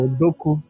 Odoku